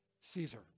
Caesar